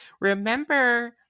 Remember